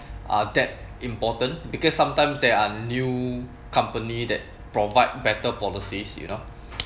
uh that important because sometimes there are new company that provide better policies you know